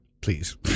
please